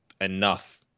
enough